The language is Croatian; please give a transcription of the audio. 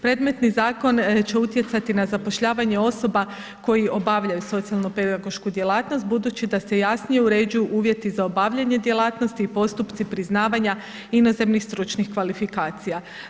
Predmetni zakon će utjecati na zapošljavanje osoba koji obavljaju socijalnopedagošku djelatnost budući da se jasnije uređuju uvjeti za obavljanje djelatnosti i postupci priznavanja inozemnih stručnih kvalifikacija.